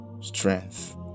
strength